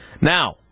Now